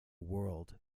world